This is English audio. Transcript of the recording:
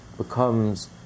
Becomes